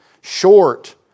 short